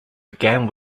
began